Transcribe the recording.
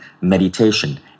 meditation